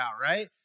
right